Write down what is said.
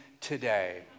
today